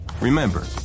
Remember